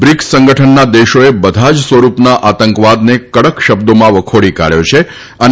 BRICS સંગઠનના દેશોએ બધા જ સ્વરૂપના આતંકવાદને કડક શબ્દોમાં વખોડી કાઢ્યો છે અને